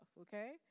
okay